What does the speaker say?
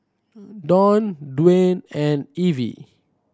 Don Dwane and Evie